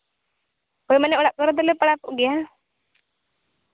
ᱦᱳᱭ ᱢᱟᱱᱮ ᱚᱲᱟᱜ ᱠᱚᱨᱮ ᱫᱚᱞᱮ ᱯᱟᱨᱟᱵᱚᱜ ᱜᱮᱭᱟ